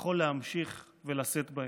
יכול להמשיך ולשאת בהם.